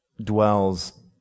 dwells